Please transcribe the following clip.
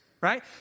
right